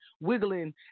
wiggling